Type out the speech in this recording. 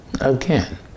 Again